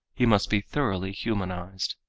he must be thoroughly humanized.